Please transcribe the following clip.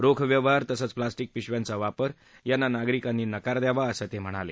रोख व्यवहार तसंच प्लॉस्टिक पिशव्यांचा वापर यांना नागरिकांनी नकार द्यावा असं ते म्हणाले